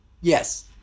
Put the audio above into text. Yes